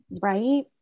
right